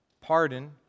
pardon